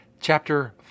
Chapter